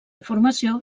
informació